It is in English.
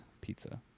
Pizza